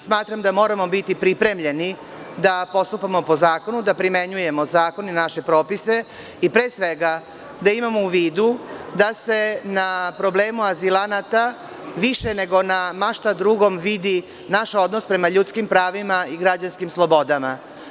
Smatram da moramo biti pripremljeni da postupamo po zakonu, da primenjujemo zakon i naše propise i pre svega, da imamo u vidu da se na problemu azilanata više nego na ma šta drugom vidi naš odnos prema ljudskim pravima i građanskim slobodama.